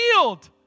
healed